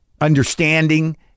understanding